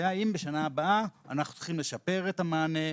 והאם בשנה הבאה אנחנו צריכים לשפר את המענה,